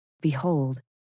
behold